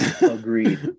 Agreed